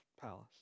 palace